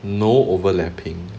no overlapping